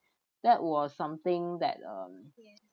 that was something that um